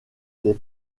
des